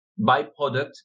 byproduct